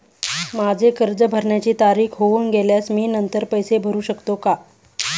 माझे कर्ज भरण्याची तारीख होऊन गेल्यास मी नंतर पैसे भरू शकतो का?